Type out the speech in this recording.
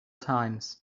times